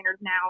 now